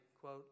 quote